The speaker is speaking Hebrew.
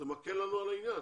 זה מקל לנו על העניין.